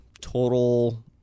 total